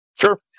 Sure